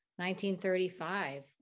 1935